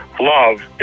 love